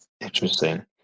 Interesting